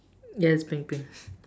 yes pink pink